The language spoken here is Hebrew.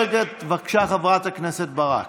בבקשה, חברת הכנסת ברק.